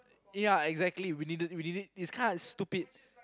ya exactly we needed it we need it it's kind of stupid